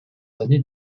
années